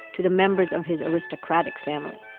to the members of his aristocratic family